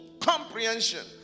comprehension